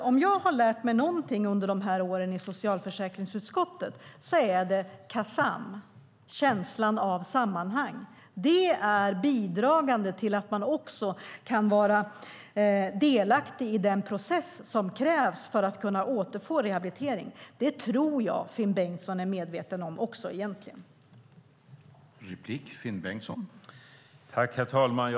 Om jag har lärt mig någonting under dessa år i socialförsäkringsutskottet är att det att Kasam, känslan av sammanhang, är bidragande till att kan man vara delaktig i den process som krävs för att återfå förmåga genom rehabilitering. Det tror jag att också Finn Bengtsson egentligen är medveten om.